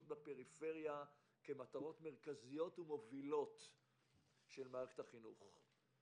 בפריפריה כמטרות מרכזיות ומובילות של מערכת החינוך.